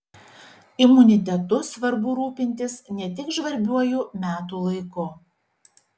imunitetu svarbu rūpintis ne tik žvarbiuoju metų laiku